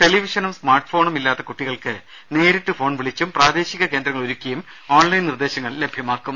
ടെലിവിഷനും സ്മാർട്ഫോണും ഇല്ലാത്ത കുട്ടികൾക്ക് നേരിട്ട് ഫോൺ വിളിച്ചും പ്രാദേശിക കേന്ദ്രങ്ങൾ ഒരുക്കിയും ഓൺലൈൻ നിർദേശങ്ങൾ ലഭ്യമാക്കും